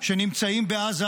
שנמצאים בעזה,